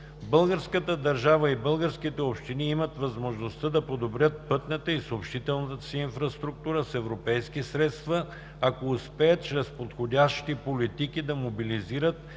българската държава и българските общини имат възможността да подобрят пътната и съобщителната си инфраструктура с европейски средства, ако успеят чрез подходящи политики да мобилизират